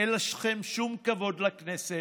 אין לכם שום כבוד לכנסת,